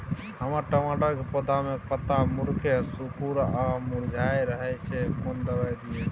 हमर टमाटर के पौधा के पत्ता मुड़के सिकुर आर मुरझाय रहै छै, कोन दबाय दिये?